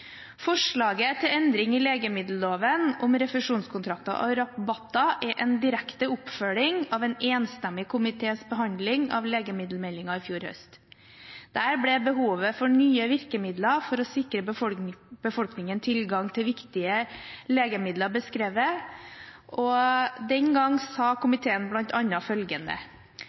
Forslaget til endring i legemiddelloven om refusjonskontrakter og rabatter er en direkte oppfølging av en enstemmig komités behandling av legemiddelmeldingen i fjor høst. Der ble behovet for nye virkemidler for å sikre befolkningen tilgang til viktige legemidler beskrevet, og den gangen sa komiteen bl.a. følgende: